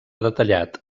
detallat